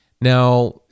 Now